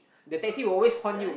the taxi will always horn you